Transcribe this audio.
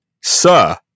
Sir